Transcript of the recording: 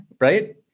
right